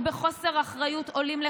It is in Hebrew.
פעם אחת אפשר לקרוא קריאת ביניים,